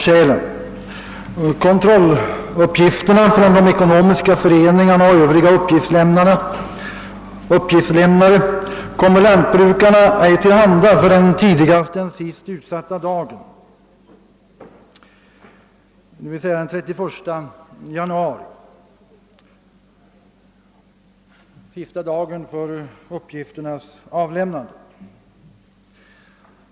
Kontrolluppgifterna från ekonomiska föreningar och övriga uppgiftslämnare kommer ej lantbrukarna till handa förrän tidigast sista dagen för uppgifternas avlämnande, d.v.s. den 31 januari.